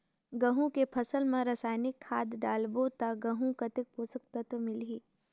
गंहू के फसल मा रसायनिक खाद डालबो ता गंहू कतेक पोषक तत्व मिलही?